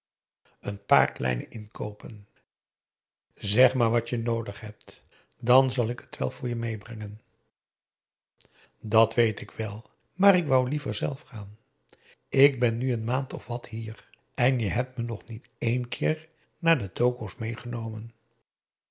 zeg maar wat je noodig hebt dan zal ik het wel voor je meêbrengen dat weet ik wel maar ik wou liever zelf gaan ik ben nu n maand of wat hier en je hebt me nog niet één keer naar de toko's meêgenomen